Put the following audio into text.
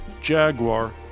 Jaguar